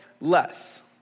less